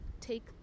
take